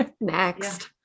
Next